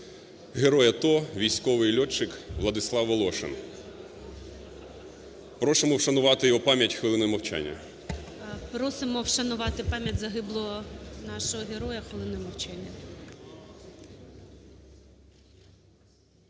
Герой АТО, військовий льотчик Владислав Волошин. Просимо вшанувати його пам'ять хвилиною мовчання. ГОЛОВУЮЧИЙ. Просимо вшанувати пам'ять загиблого нашого героя хвилиною мовчання.